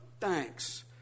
Thanks